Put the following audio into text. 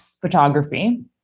photography